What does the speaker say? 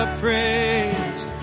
praise